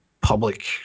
public